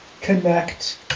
Connect